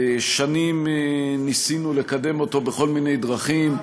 שנים ניסינו לקדם אותו בכל מיני דרכים.